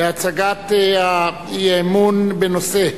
להצגת האי-אמון בנושא: